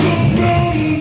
me